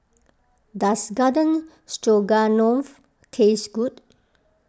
does Garden Stroganoff taste good